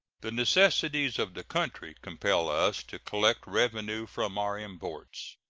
the necessities of the country compel us to collect revenue from our imports.